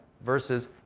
versus